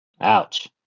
Ouch